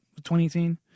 2018